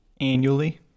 annually